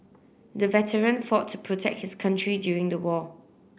the veteran fought to protect his country during the war